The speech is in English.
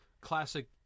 classic